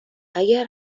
اگر